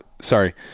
sorry